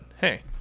hey